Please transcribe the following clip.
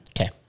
Okay